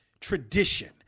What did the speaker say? tradition